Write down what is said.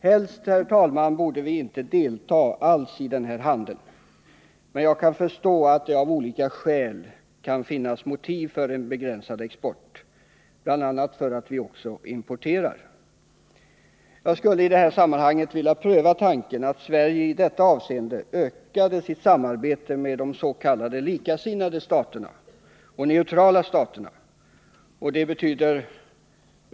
Helst borde vi, herr talman, inte alls delta i denna handel, men jag kan förstå att det av olika skäl kan finnas motiv för en begränsad export, bl.a. därför att vi också importerar. Jag skulle vilja pröva tanken att Sverige i detta avseende ökade sitt samarbete med dess.k. likasinnade och neutrala staterna —t.ex.